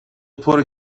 پره